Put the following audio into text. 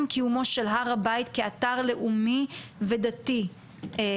קיומו של הר הבית כאתר לאומי- יהודי ודתי.